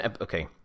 okay